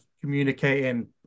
communicating